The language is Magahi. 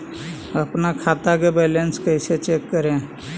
अपन खाता के बैलेंस कैसे चेक करे?